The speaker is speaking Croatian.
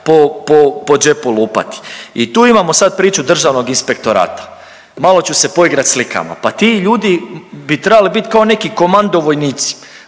po džepu lupati. I tu imamo sada priču Državnog inspektorata. Malo ću se poigrati slikama. Pa ti ljudi bi trebali biti kao neki komando vojnici,